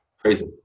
Crazy